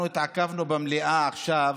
אנחנו התעכבנו במליאה עכשיו,